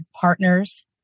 partners